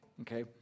okay